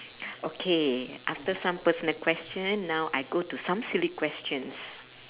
okay after some personal question now I go to some silly questions